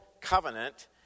Covenant